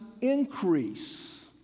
increase